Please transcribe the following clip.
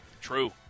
true